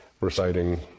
reciting